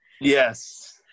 Yes